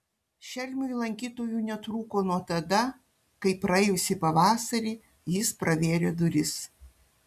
šelmiui lankytojų netrūko nuo tada kai praėjusį pavasarį jis pravėrė duris